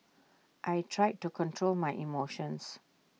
I tried to control my emotions